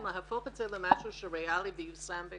להפוך את זה למשהו שהוא ריאלי ומיושם.